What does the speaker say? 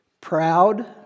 proud